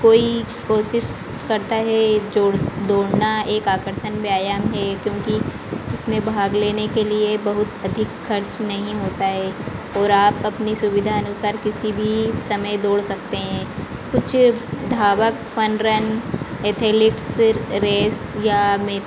कोई कोशिश करता है जोर दौड़ना एक आकर्षण व्यायाम है क्योंकि इसमें भाग लेने के लिए बहुत अधिक खर्च नहीं होता है और आप अपनी सुविधा अनुसार किसी भी समय दौड़ सकते हैं कुछ धावक फ़न रन एथलिट्स रेस या में